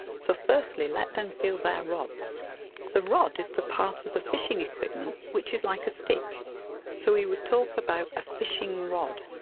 so firstly let them feel their rods the rod is the part of the fishing equipment which is like a stick so we would talk about a fishing rod.